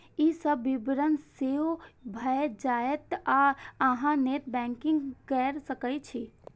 ई सब विवरण सेव भए जायत आ अहां नेट बैंकिंग कैर सकै छी